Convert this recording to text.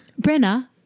Brenna